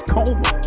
Coma